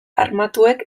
armatuek